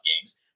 games